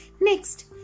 Next